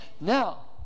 Now